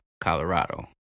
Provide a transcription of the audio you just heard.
Colorado